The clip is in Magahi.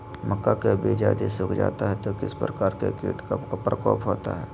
मक्का के बिज यदि सुख जाता है तो किस प्रकार के कीट का प्रकोप होता है?